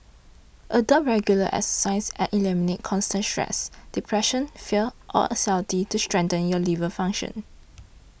adopt regular exercise and eliminate constant stress depression fear or anxiety to strengthen your liver function